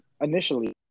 initially